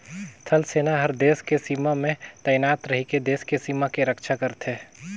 थल सेना हर देस के सीमा में तइनात रहिके देस के सीमा के रक्छा करथे